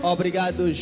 Obrigado